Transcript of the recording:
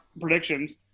predictions